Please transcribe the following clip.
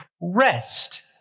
rest